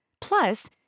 Plus